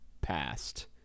past